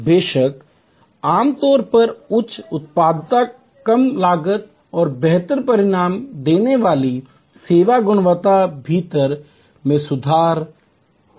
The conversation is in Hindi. बेशक आम तौर पर उच्च उत्पादकता कम लागत और बेहतर परिणाम देने वाली सेवा की गुणवत्ता में सुधार होगा